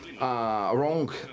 wrong